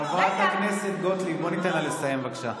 חברת הכנסת גוטליב, בואי ניתן לה לסיים, בבקשה.